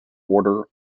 order